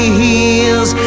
heals